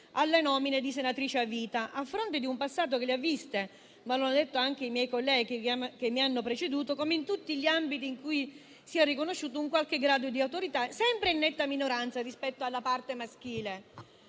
alla nomina di senatrici a vita, a fronte di un passato che - come hanno detto anche i colleghi che mi hanno preceduto - come in tutti gli ambiti in cui sia riconosciuto un qualche grado di autorità, le ha viste sempre in netta minoranza rispetto alla parte maschile.